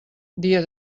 dia